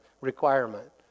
requirement